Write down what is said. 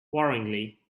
worryingly